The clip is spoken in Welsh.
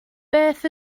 beth